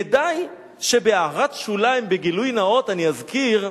כדאי שבהערת שוליים, בגילוי נאות, אני אזכיר: